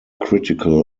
critical